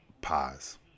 pause